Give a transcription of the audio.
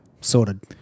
Sorted